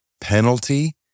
penalty